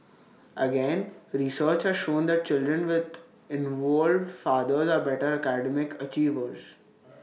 again research has shown that children with involved fathers are better academic achievers